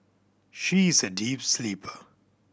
she is a deep sleeper